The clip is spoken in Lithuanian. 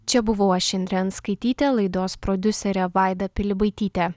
čia buvau aš indrė anskaitytė laidos prodiuserė vaida pilibaitytė